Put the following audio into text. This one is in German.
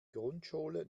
grundschule